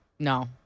No